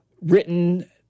written